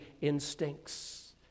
instincts